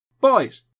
Boys